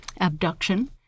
abduction